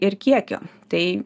ir kiekio tai